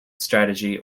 strategy